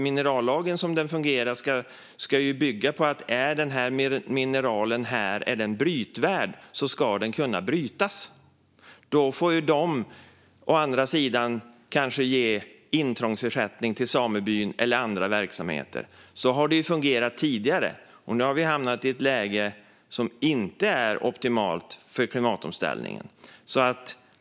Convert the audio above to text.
Minerallagen säger ju att ett mineral som är brytvärt ska kunna brytas. Då får man kanske ge intrångsersättning till samebyn eller andra verksamheter. Så har det fungerat tidigare. Nu har vi hamnat i ett läge som inte är optimalt för klimatomställningen.